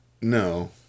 No